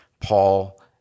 Paul